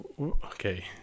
Okay